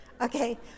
Okay